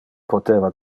poteva